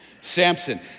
Samson